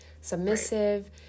submissive